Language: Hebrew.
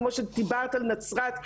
כמו שדיברת על נצרת,